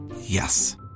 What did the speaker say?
Yes